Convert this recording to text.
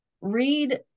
read